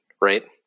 right